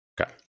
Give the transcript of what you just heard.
okay